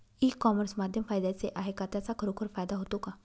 E commerce माध्यम फायद्याचे आहे का? त्याचा खरोखर फायदा होतो का?